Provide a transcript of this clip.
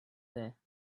there